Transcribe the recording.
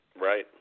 Right